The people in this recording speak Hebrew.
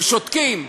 ושותקים,